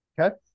Okay